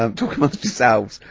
um talk amongst yourselves.